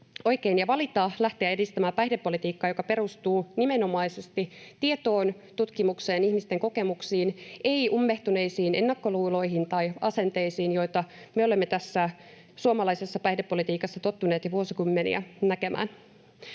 ja valita lähteä edistämään päihdepolitiikkaa, joka perustuu nimenomaisesti tietoon, tutkimukseen ja ihmisten kokemuksiin — ei ummehtuneisiin ennakkoluuloihin tai asenteisiin, joita me olemme suomalaisessa päihdepolitiikassa tottuneet jo vuosikymmeniä näkemään.